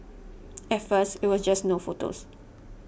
at first it was just no photos